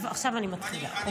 עכשיו אני מתחילה.